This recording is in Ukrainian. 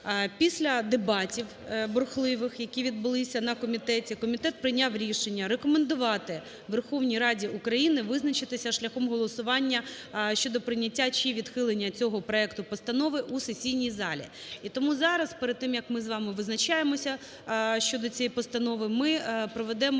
Після дебатів бурхливих, які відбулися на комітеті, комітет прийняв рішення рекомендувати Верховній Раді України визначитися шляхом голосування щодо прийняття чи відхилення цього проекту постанови у сесійній залі. І тому зараз, перед тим як ми з вами визначаємося щодо цієї постанови, ми проведемо